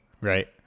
right